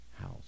house